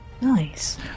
Nice